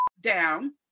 down